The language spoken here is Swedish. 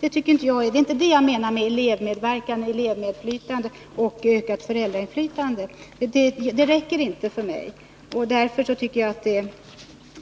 Det är inte detta jag menar med elevmedverkan, elevinflytande och ökat föräldrainflytande. Det räcker inte för mig, och därför tycker jag att det